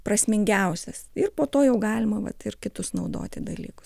prasmingiausias ir po to jau galima vat ir kitus naudoti dalykus